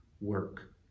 work